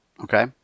Okay